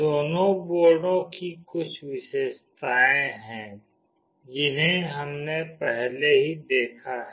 दोनों बोर्डों की कुछ विशेषताएं हैं जिन्हें हमने पहले ही देखा है